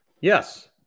Yes